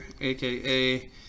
aka